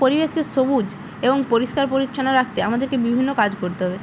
পরিবেশেকে সবুজ এবং পরিষ্কার পরিচ্ছন্ন রাখতে আমাদেরকে বিভিন্ন কাজ করতে হবে